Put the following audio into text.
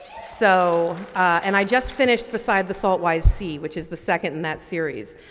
so and i just finished besides the saltwide sea which is the second in that series.